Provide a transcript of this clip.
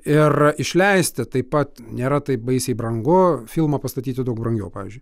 ir išleisti taip pat nėra taip baisiai brangu filmą pastatyti daug brangiau pavyzdžiui